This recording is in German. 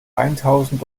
eintausend